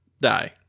die